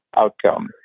outcome